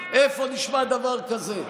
איפה נשמע דבר כזה?